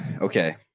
Okay